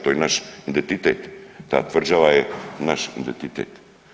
To je naš identitet, ta tvrđava je naš identitet.